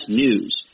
news